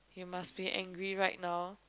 must be angry right now